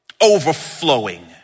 overflowing